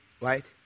Right